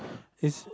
is